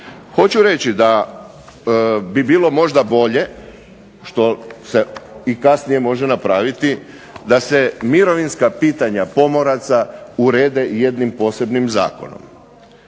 Hoću reći da bi bilo možda bolje što se i kasnije može napraviti, da se mirovinska pitanja pomoraca urede jednim posebnim zakonom.